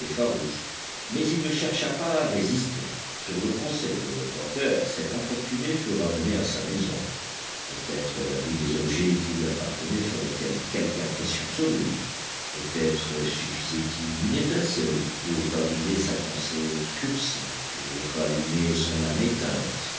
farouche mais il ne chercha pas à résister sur le conseil du reporter cet infortuné fut ramené à sa maison peut-être la vue des objets qui lui appartenaient ferait-elle quelque impression sur lui peut-être suffisait-il d'une étincelle pour raviver sa pensée obscurcie pour rallumer son âme éteinte